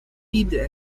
bibel